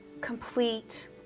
complete